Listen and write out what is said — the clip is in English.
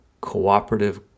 cooperative